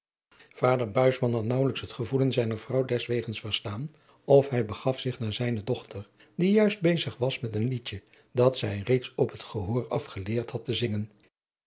buisman had naauwelijks het gevoelen zijner vrouw deswegens verstaan of hij begaf zich naar zijne dochter die juist bezig was met een liedje dat zij reeds op het gehoor af geleerd had te zingen